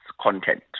content